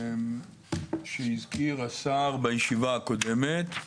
המחקר שהזכיר השר בישיבה הקודמת,